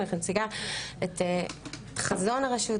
אני מציגה את חזון הרשות,